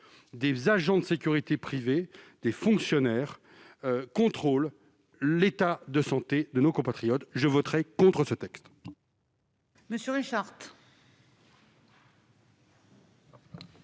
des agents de sécurité privés ou des fonctionnaires contrôlent l'état de santé de nos compatriotes. Je voterai contre ce texte.